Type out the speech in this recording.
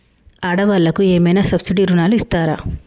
ఆడ వాళ్ళకు ఏమైనా సబ్సిడీ రుణాలు ఇస్తారా?